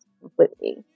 completely